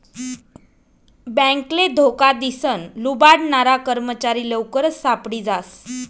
बॅकले धोका दिसन लुबाडनारा कर्मचारी लवकरच सापडी जास